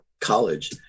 college